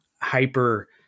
hyper